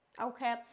okay